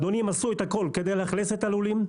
אדוני הם עשו את הכל כדי לאכלס את הלולים,